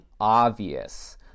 obvious